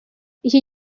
iki